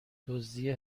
دزدی